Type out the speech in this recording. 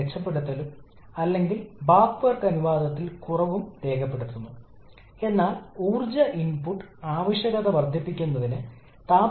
നമ്മൾ വിശകലനം ചെയ്യുന്ന എയർ സ്റ്റാൻഡേർഡ് ആണ് ഡോട്ട്ഡ് ലൈൻ ഇന്നലെ ചെയ്തു